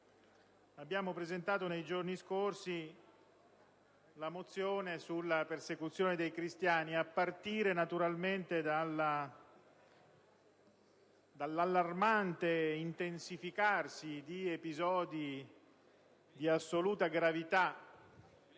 abbiamo presentato nei giorni scorsi la mozione n. 359 sulla persecuzione dei cristiani, a partire naturalmente dall'allarmante intensificarsi di episodi di assoluta gravità